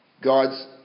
God's